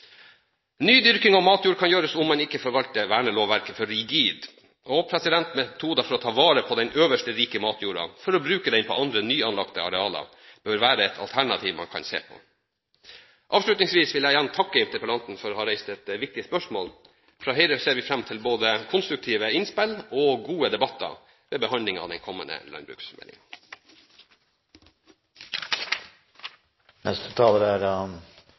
av matjord kan gjøres om man ikke forvalter vernelovverket for rigid. Metoder for å ta vare på den øverste rike matjorda for å bruke den på andre nyanlagte arealer bør være et alternativ man kan se på. Avslutningsvis vil jeg igjen takke interpellanten for å ha reist et viktig spørsmål. Fra Høyres side ser vi fram til både konstruktive innspill og gode debatter ved behandlingen av den kommende